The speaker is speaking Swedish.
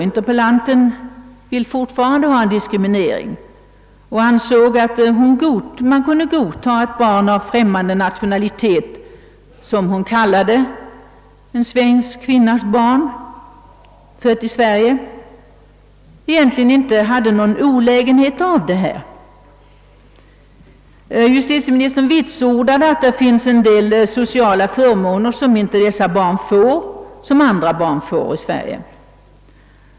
Fröken Bergegren vill fortfarande ha en diskriminering och anser, att ett barn av främmande nationalitet — som hon kallar en svensk kvinnas barn, fött i Sverige — egentligen inte har någon olägenhet av den. Justitieministern vitsordade, att det finns en del sociala förmåner, som dessa barn inte får, till skillnad från andra barn i Sverige.